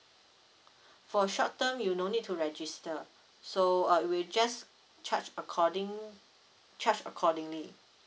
for short term you no need to register so uh we'll just charge according charge accordingly